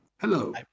Hello